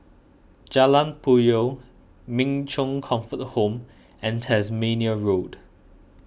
Jalan Puyoh Min Chong Comfort Home and Tasmania Road